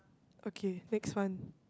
okay next one